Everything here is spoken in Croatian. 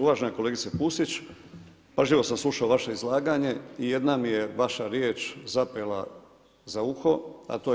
Uvažena kolegica Pusić, pažljivo sam slušao vaše izlaganje i jedna mi je vaša riječ zapela za uho a to je